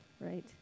right